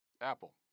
Apple